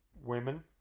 women